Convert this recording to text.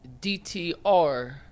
DTR